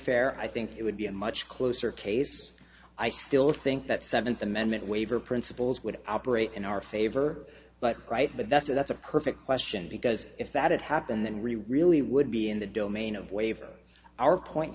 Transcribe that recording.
fair i think it would be a much closer case i still think that seventh amendment waiver principles would operate in our favor but right but that's a that's a perfect question because if that happened then really really would be in the domain of waiver our point